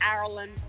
Ireland